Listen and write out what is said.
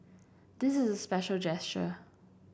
this is special gesture